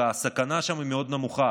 והסכנה שם היא מאוד נמוכה.